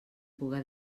puga